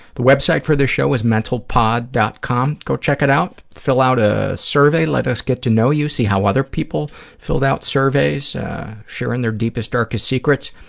the website for this show is mentalpod. com. go check it out, fill out a survey, let us get to know you, see how other people filled out surveys sharing their deepest, darkest secrets.